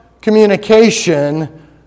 communication